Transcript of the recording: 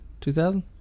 2,000